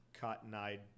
Cotton-eyed